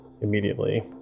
immediately